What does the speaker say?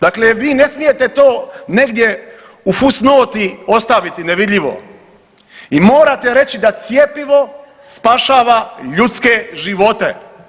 Dakle, vi ne smijete to negdje u fus noti ostaviti nevidljivo i morate reći da cjepivo spašava ljudske živote.